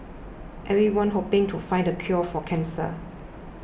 everyone's hoping to find the cure for cancer